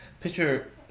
picture